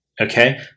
Okay